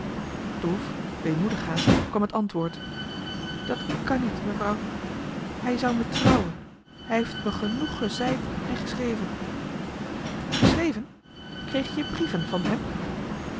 droef weemoedig haast kwam het antwoord dat kan niet mevrouw hij zou me trouwen hij heeft et me genoeg gezeid en geschreven geschreven kreeg je brieven van hem